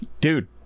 dude